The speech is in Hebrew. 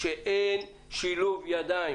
שאין שילוב ידיים.